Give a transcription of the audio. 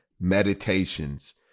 meditations